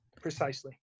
Precisely